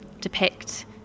depict